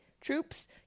troops